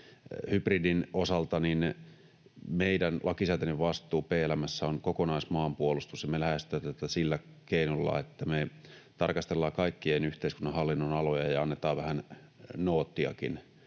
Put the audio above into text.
Hybridin osalta meidän lakisääteinen vastuu PLM:ssä on kokonaismaanpuolustus, ja me lähestytään tätä sillä keinolla, että me tarkastellaan kaikkia yhteiskunnan hallinnonaloja ja annetaan vähän noottiakin,